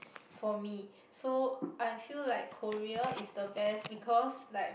for me so I feel like Korea is the best because like